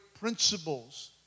principles